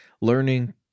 learning